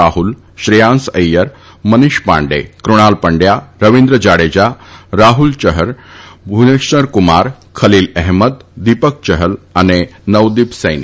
રાહ્લ શ્રેથાંસ ઐથર મનીષ પાંડે ફણાલ પંડ્યા રવિન્દ્ર જાડેજા રાહ્લ ચહર ભુવનેશ્વર કુમાર ખલીલ અહેમદ દીપક ચહલ અને નવદીપ સૈની